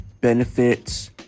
benefits